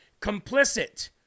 complicit